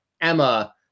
Emma